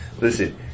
listen